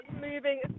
moving